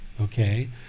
okay